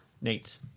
Nate